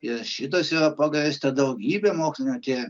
ir šitas yra pagrįsta daugybe mokslinių tyrimų